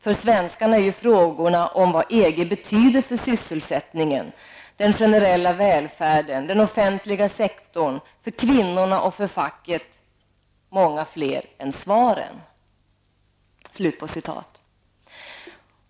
För svenskarna är ju frågorna om vad EG betyder för sysselsättningen, den generella välfärden, den offentliga sektorn, för kvinnorna och för facket många fler än svaren.''